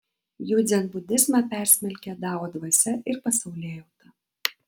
jų dzenbudizmą persmelkia dao dvasia ir pasaulėjauta